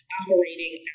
operating